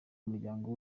umuryango